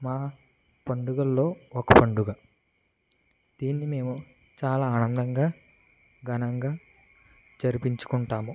మా పండగలలో ఒక పండుగ దీనిని మేము చాలా ఆనందంగా ఘనంగా జరిపించుకుంటాము